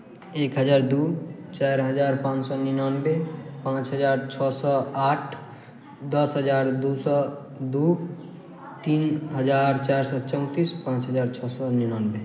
एक हजार दू चारि हजार पाँच् सए निनानबे पाँच हजार छओ सए आठ दस हजार दू सए दू तीन हजार चार सए चौंतीस पाँच हजार छओ सए निनानबे